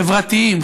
חברתיים,